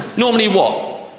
normally. well,